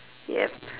yup